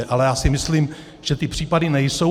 Ale já si myslím, že ty případy nejsou.